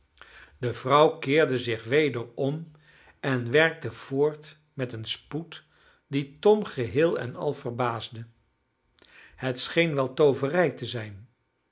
de vrouw keerde zich weder om en werkte voort met een spoed die tom geheel en al verbaasde het scheen wel tooverij te zijn